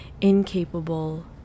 incapable